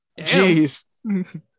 Jeez